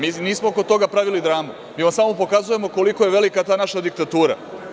Mi nismo oko toga pravili dramu, mi vam samo pokazujemo koliko je velika ta naša diktatura.